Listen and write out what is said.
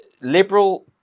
liberal